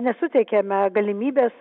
nesuteikiame galimybės